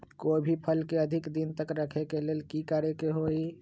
कोई भी फल के अधिक दिन तक रखे के लेल का करी?